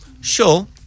Sure